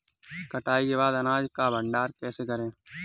कटाई के बाद अनाज का भंडारण कैसे करें?